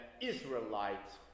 Israelites